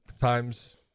times